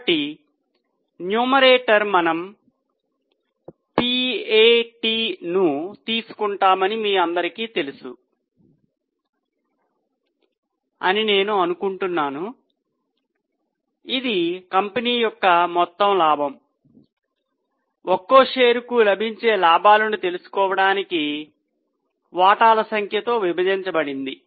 కాబట్టి న్యూమరేటర్ మనము PAT ను తీసుకుంటామని మీ అందరికీ తెలుసు అని నేను అనుకుంటున్నాను ఇది కంపెనీ యొక్క మొత్తం లాభం ఒక్కో షేరుకు లభించే లాభాలను తెలుసుకోవడానికి వాటాల సంఖ్యతో విభజించబడింది